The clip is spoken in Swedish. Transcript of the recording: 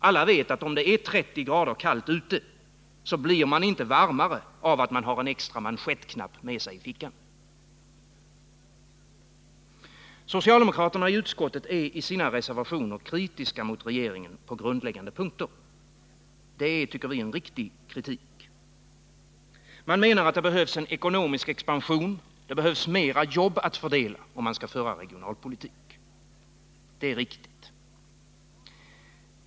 Alla vet att om det är 30 grader kallt ute blir man inte varmare av att man har en extra manschettknapp med sig i fickan. Socialdemokraterna i utskottet är i sina reservationer kritiska mot regeringen på grundläggande punkter. Det är, tycker vi, en riktig kritik. Man menar att det behövs en ekonomisk expansion och mer jobb att fördela om man skall föra regionalpolitik. Det är riktigt.